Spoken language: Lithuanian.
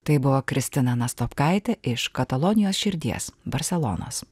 tai buvo kristina nastopkaitė iš katalonijos širdies barselonos